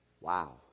wow